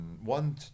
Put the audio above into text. one